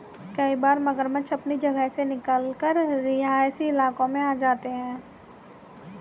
कई बार मगरमच्छ अपनी जगह से निकलकर रिहायशी इलाकों में आ जाते हैं